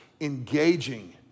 engaging